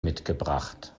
mitgebracht